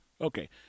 Okay